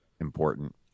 important